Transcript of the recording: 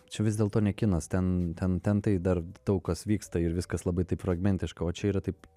čia vis dėlto ne kinas ten ten ten tai dar daug kas vyksta ir viskas labai taip fragmentiška o čia yra taip